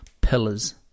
pillars